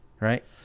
right